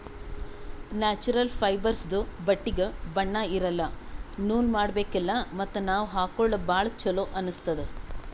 natural ಫೈಬರ್ಸ್ದು ಬಟ್ಟಿಗ್ ಬಣ್ಣಾ ಇರಲ್ಲ ನೂಲ್ ಮಾಡಬೇಕಿಲ್ಲ ಮತ್ತ್ ನಾವ್ ಹಾಕೊಳ್ಕ ಭಾಳ್ ಚೊಲೋ ಅನ್ನಸ್ತದ್